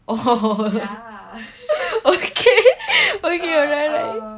oh okay okay alright alright